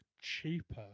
cheaper